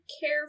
care